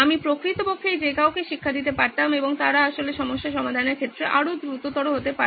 আমি প্রকৃতপক্ষেই যে কাউকে শিক্ষা দিতে পারতাম এবং তারা আসলে সমস্যা সমাধানের ক্ষেত্রে আরও দ্রুততর হতে পারত